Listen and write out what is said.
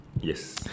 Yes